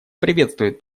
приветствует